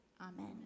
Amen